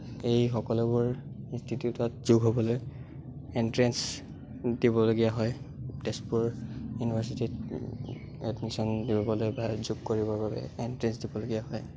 এই সকলোবোৰ ইনষ্টিটিউটত যোগ হ'বলৈ এনট্ৰেন্স দিবলগীয়া হয় তেজপুৰ ইউনিভাৰ্ছিটিত এডমিশ্যন দিবলৈ বা যোগ কৰিবৰ বাবে এনট্ৰেন্স দিবলগীয়া হয়